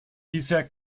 bisher